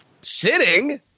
Sitting